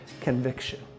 conviction